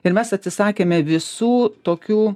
ir mes atsisakėme visų tokių